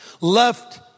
Left